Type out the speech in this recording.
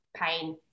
pain